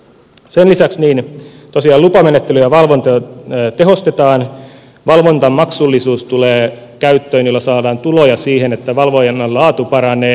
sen lisäksi tosiaan lupamenettelyjen valvontaa tehostetaan valvonnan maksullisuus tulee käyttöön millä saadaan tuloja siihen että valvonnan laatu paranee